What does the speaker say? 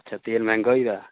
अच्छा तेल मैंह्गा होई गेदा